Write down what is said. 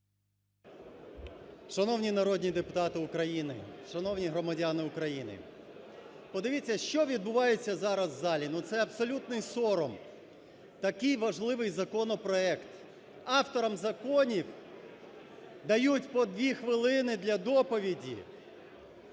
Шановні народні депутати України, шановні громадяни України! Подивіться, що відбувається зараз в залі, ну це абсолютний сором. Такий важливий законопроект: авторам законів дають по 2 хвилини для доповіді,